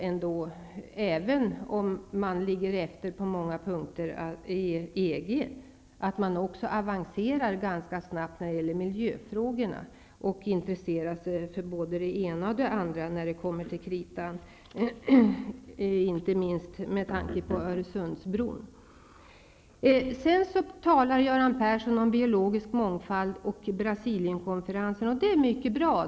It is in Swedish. Även om EG länderna på många områden ligger efter avancerar de ganska snabbt när det gäller miljöfrågorna och intresserar sig för både det ena och det andra när det kommer till kritan, inte minst med tanke på Göran Persson talade om biologisk mångfald och Brasilienkonferensen, och det är mycket bra.